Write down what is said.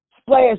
Splash